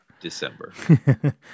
December